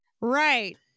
Right